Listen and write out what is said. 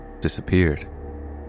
disappeared